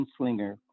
gunslinger